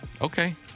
Okay